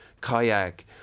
kayak